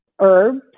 herbs